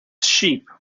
sheep